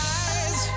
eyes